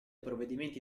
provvedimenti